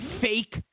fake